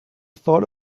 thought